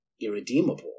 irredeemable